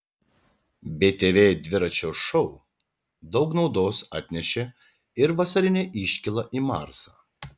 btv dviračio šou daug naudos atnešė ir vasarinė iškyla į marsą